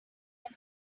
when